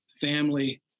family